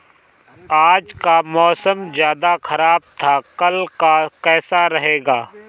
आज का मौसम ज्यादा ख़राब था कल का कैसा रहेगा?